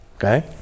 Okay